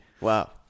Wow